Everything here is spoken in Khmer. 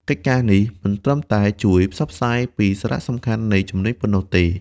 កិច្ចការនេះមិនត្រឹមតែជួយផ្សព្វផ្សាយពីសារៈសំខាន់នៃជំនាញប៉ុណ្ណោះទេ។